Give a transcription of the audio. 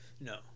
No